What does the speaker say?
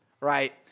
right